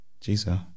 jesus